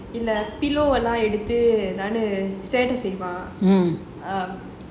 இல்ல:illa pillow எல்லாம் எடுத்து சேட்ட செய்வான்:ella eduthu setta seivaan